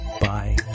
Bye